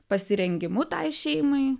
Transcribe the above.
pasirengimu tai šeimai